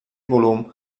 volum